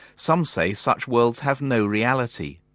some say such worlds have no reality,